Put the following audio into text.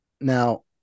Now